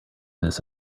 this